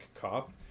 cop